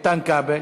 איתן כבל.